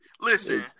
Listen